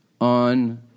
on